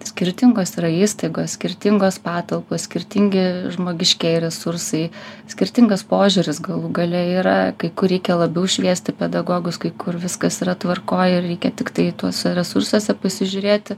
skirtingos yra įstaigos skirtingos patalpos skirtingi žmogiškieji resursai skirtingas požiūris galų gale yra kai kur reikia labiau šviesti pedagogus kai kur viskas yra tvarkoj ir reikia tiktai tuose resursuose pasižiūrėti